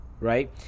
Right